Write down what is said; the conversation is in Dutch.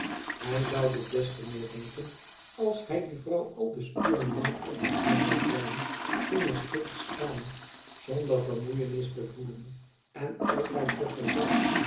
hij zou dit des te meer denken als hij die vrouw aldus uren lang op en neer zag rennen zonder stil te staan zonder vermoeienis te voelen en altijd vergezeld